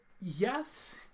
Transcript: Yes